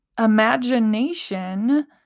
Imagination